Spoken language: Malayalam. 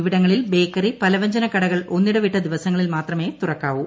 ഇവിടങ്ങളിൽ ബ്രേക്കറി പലവൃജ്ഞനക്കടകൾ ഒന്നിടവിട്ട ദിവസങ്ങളിൽ മാിത്രുമേ തുറക്കാവൂ